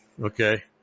okay